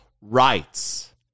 rights